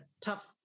tough